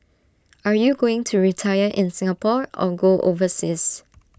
are you going to retire in Singapore or go overseas